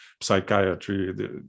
psychiatry